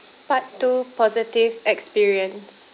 part two positive experience